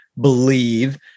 believe